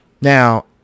Now